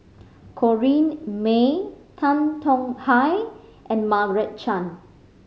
Corrinne May Tan Tong Hye and Margaret Chan